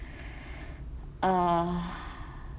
ugh